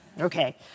Okay